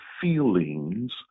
feelings